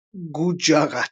מהאגוג'ראט.